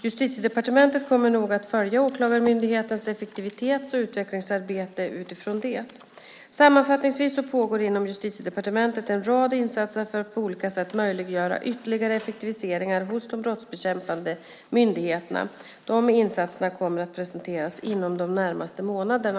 Justitiedepartementet kommer noga att följa Åklagarmyndighetens effektivitets och utvecklingsarbete utifrån detta. Sammanfattningsvis pågår inom Justitiedepartementet en rad insatser för att på olika sätt möjliggöra ytterligare effektiviseringar hos de brottsbekämpande myndigheterna. Dessa insatser kommer att presenteras inom de närmaste månaderna.